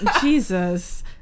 Jesus